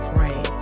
Pray